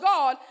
God